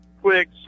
quick